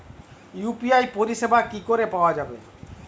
UPI পরিষেবা কি করে পাওয়া যাবে?